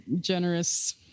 generous